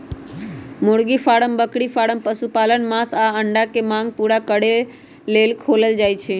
मुर्गी फारम बकरी फारम पशुपालन मास आऽ अंडा के मांग पुरा करे लेल खोलल जाइ छइ